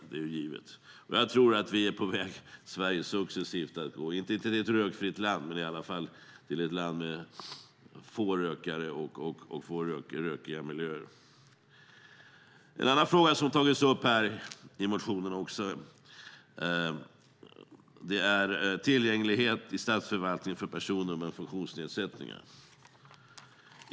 Det är givet. Jag tror att vi successivt i Sverige är på väg, inte till ett rökfritt land men till ett land med få rökare och få rökiga miljöer. En annan fråga som har tagits upp i motioner är tillgänglighet i statsförvaltningen för personer med funktionsnedsättningar.